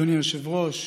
אדוני היושב-ראש,